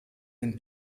den